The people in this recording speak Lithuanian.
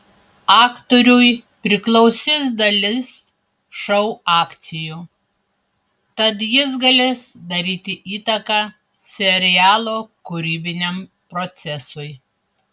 aktoriui priklausys dalis šou akcijų tad jis galės daryti įtaką serialo kūrybiniam procesui